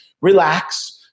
relax